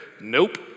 nope